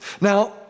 Now